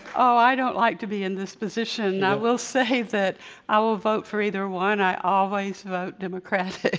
oh, i don't like to be in this position. i will say that i will vote for either one. i always vote democratic.